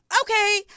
okay